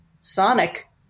sonic